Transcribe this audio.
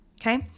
okay